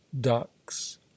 ducks